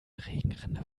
regenrinne